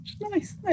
Nice